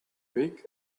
big